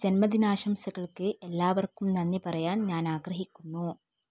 ജന്മദിനാശംസകൾക്ക് എല്ലാവർക്കും നന്ദി പറയാൻ ഞാൻ ആഗ്രഹിക്കുന്നു